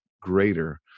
greater